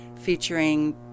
Featuring